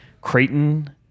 creighton